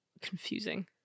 confusing